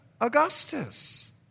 Augustus